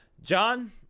John